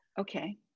Okay